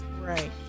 right